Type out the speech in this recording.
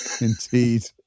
Indeed